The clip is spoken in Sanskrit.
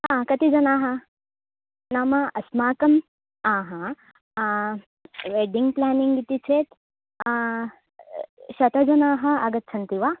हा कतिजनाः नाम अस्माकम् आहा वेड्डिङ्ग् प्लेनिङ्ग इति चेत् शतजनाः आगच्छन्ति वा